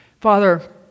Father